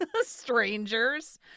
strangers